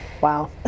Wow